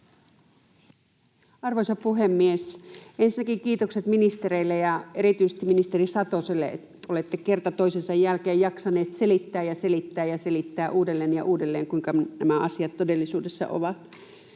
Arvoisa puhemies! Ensinnäkin kiitokset ministereille ja erityisesti ministeri Satoselle. Olette kerta toisensa jälkeen jaksaneet selittää ja selittää ja selittää uudelleen ja uudelleen, kuinka nämä asiat todellisuudessa ovat.